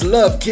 Love